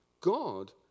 God